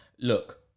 look